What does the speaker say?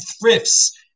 thrifts